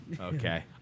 Okay